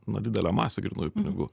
nu didelė masė grynųjų pinigų